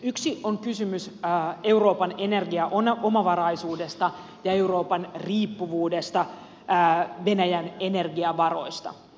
yksi on kysymys euroopan energiaomavaraisuudesta ja euroopan riippuvuudesta venäjän energiavaroista